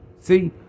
See